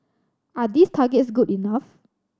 are these targets good enough